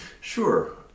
Sure